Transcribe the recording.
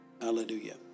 Hallelujah